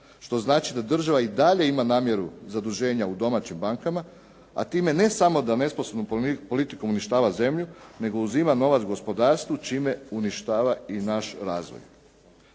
što znači da država i dalje ima namjeru zaduženja u domaćim bankama, a time ne samo da nesposobnom politikom uništava zemlju, nego uzima novac gospodarstvu čime uništava i naš razvoj.